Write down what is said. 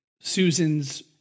Susan's